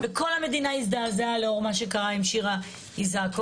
וכל המדינה הזדעזעה לאור מה שקרה עם שירה איסקוב,